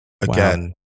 again